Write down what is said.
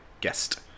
Guest